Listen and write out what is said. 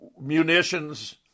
munitions